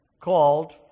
called